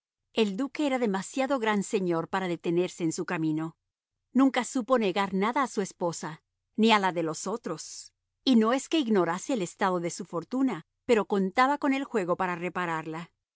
el duque era demasiado gran señor para detenerse en su camino nunca supo negar nada a su esposa ni a la de los otros y no es que ignorase el estado de su fortuna pero contaba con el juego para repararla